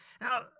Now